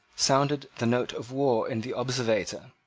sounded the note of war in the observator.